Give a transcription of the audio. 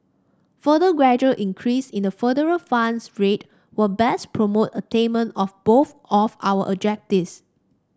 further gradual increase in the federal funds rate will best promote attainment of both of our objectives